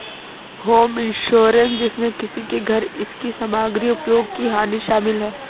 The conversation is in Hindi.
होम इंश्योरेंस जिसमें किसी के घर इसकी सामग्री उपयोग की हानि शामिल है